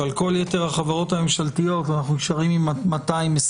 שעל כל יתר החברות הממשלתיות אנחנו נשארים עם 220,000,